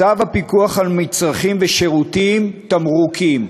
צו הפיקוח על מצרכים ושירותים (תמרוקים),